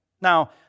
Now